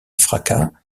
fracas